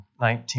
19